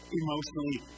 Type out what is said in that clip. emotionally